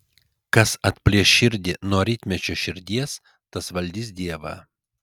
kas atplėš širdį nuo rytmečio širdies tas valdys dievą